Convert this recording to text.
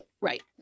Right